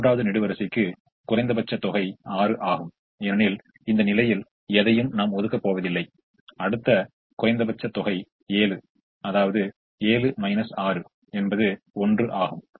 மூன்றாவது நெடுவரிசைக்கு குறைந்தபட்ச தொகை 6 ஆகும் ஏனெனில் இந்த நிலையில் எதையும் நாம் ஒதுக்கப் போவதில்லை அடுத்த குறைந்தபட்ச தொகை 7 அதாவது 7 6 என்பது 1 ஆகும்